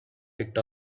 picked